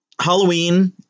Halloween